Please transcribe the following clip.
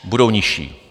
Budou nižší.